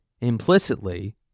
implicitly